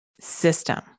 system